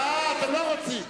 אה, אתם לא רוצים.